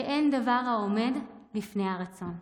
שאין דבר העומד בפני הרצון.